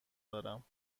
دارم